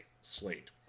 slate